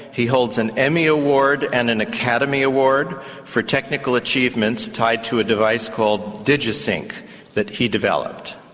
he holds an emmy award and an academy award for technical achievements tied to a device called digisync that he developed.